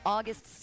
August